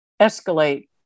escalate